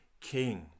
king